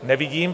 Nevidím.